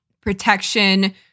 protection